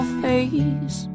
face